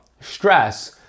stress